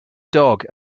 dog